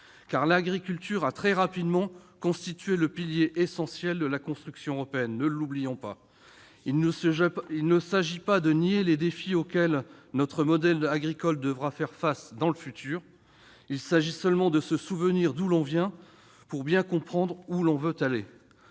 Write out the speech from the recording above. pas, l'agriculture a très rapidement constitué un pilier essentiel de la construction européenne ! Il ne s'agit pas de nier les défis auxquels notre modèle agricole devra faire face dans le futur. Il s'agit seulement de se souvenir d'où l'on vient pour bien comprendre où l'on veut aller.